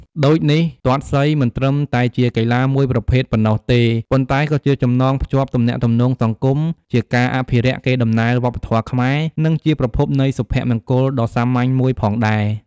ដូចនេះ ទាត់សីមិនត្រឹមតែជាកីឡាមួយប្រភេទប៉ុណ្ណោះទេ ប៉ុន្តែក៏ជាចំណងភ្ជាប់ទំនាក់ទំនងសង្គម ជាការអភិរក្សកេរដំណែលវប្បធម៌ខ្មែរ និងជាប្រភពនៃសុភមង្គលដ៏សាមញ្ញមួយផងដែរ។